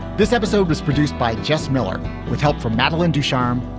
this episode was produced by jess miller with help from madeline ducharme,